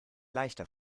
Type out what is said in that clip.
leichter